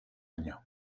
año